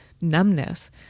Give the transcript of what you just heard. numbness